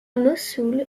mossoul